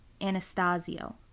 Anastasio